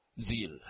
zeal